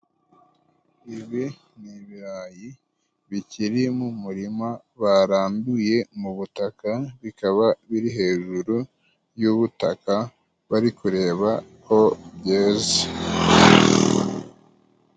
Ibi ni ibirayi bikiri mu murima baranduye mu butaka, bikaba biri hejuru y'ubutaka bari kurebako byeze.